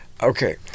Okay